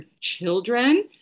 children